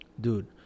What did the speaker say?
Dude